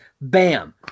Bam